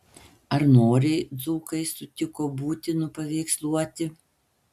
ar noriai dzūkai sutiko būti nupaveiksluoti